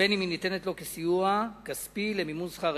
ובין שהיא ניתנת לו כסיוע כספי למימון שכר